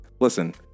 Listen